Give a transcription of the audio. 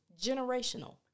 generational